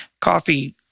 coffee